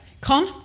Con